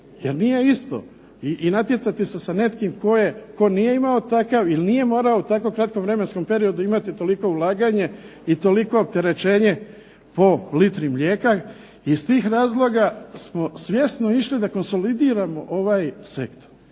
jer nije isto, i natjecati se sa nekim tko je, tko nije imao takav, ili nije morao u takvom kratkom vremenskom periodu imati toliko ulaganje i toliko opterećenje po litri mlijeka, iz tih razloga smo svjesno išli da konsolidiramo ovaj sektor.